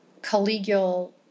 collegial